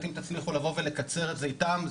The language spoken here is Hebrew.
אם תצליחו לבוא ולקצר את זה איתם,